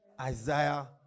isaiah